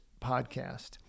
podcast